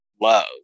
love